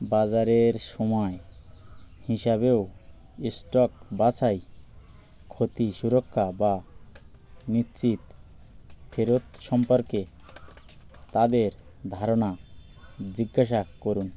বাজারের সময় হিসাবেও স্টক বাছাই ক্ষতি সুরক্ষা বা নিশ্চিত ফেরত সম্পর্কে তাদের ধারণা জিজ্ঞাসা করুন